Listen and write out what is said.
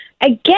again